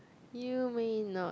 you may not